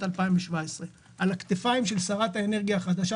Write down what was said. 2017. על הכתפיים של שרת האנרגיה החדשה,